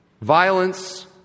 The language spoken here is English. violence